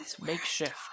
makeshift